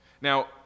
Now